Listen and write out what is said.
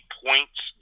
points